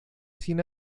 cien